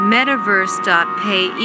Metaverse.pay